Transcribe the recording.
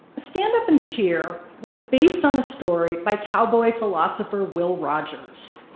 stand up and cheer was based on a story by cowboy philosopher will rogers.